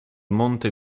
monte